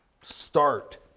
start